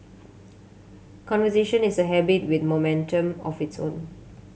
conversation is a habit with momentum of its own